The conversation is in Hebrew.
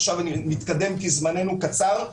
אני מתקדם כי זמננו קצר.